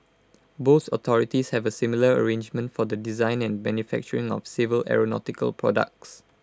both authorities have A similar arrangement for the design and manufacturing of civil aeronautical products